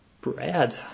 bread